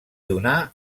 donà